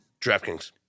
DraftKings